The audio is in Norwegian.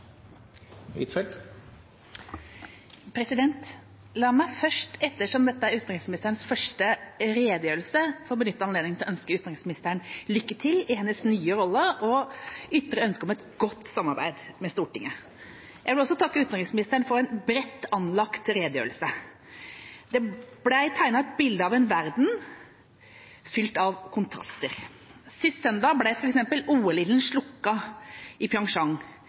vedtatt. La meg først, ettersom dette er utenriksministerens første redegjørelse, få benytte anledningen til å ønske utenriksministeren lykke til i hennes nye rolle og ytre ønske om et godt samarbeid med Stortinget. Jeg vil også takke utenriksministeren for en bredt anlagt redegjørelse. Det ble tegnet et bilde av en verden fylt av kontraster. Sist søndag ble f.eks. OL-ilden slukket i